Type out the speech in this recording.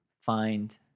find